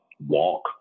walk